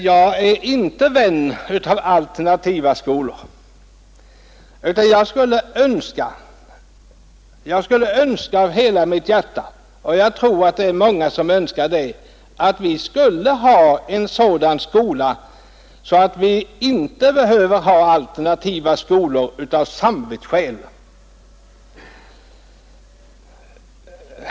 Jag är inte vän av alternativa skolor, utan jag skulle önska av hela mitt hjärta — och jag tror att det är många som önskar det — att vi skulle ha en sådan skola att alternativa skolor inte skulle behöva inrättas av samvetsskäl.